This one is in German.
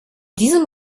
diesem